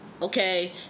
Okay